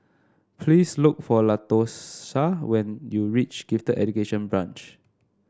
please look for Latosha when you reach Gifted Education Branch